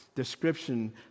description